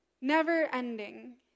never-ending